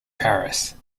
paris